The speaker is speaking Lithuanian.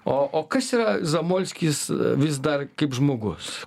o o kas yra zamolskis vis dar kaip žmogus